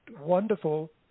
wonderful